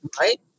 Right